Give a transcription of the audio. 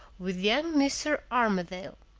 with young mister armadale.